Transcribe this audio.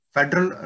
Federal